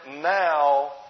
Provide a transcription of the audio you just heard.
now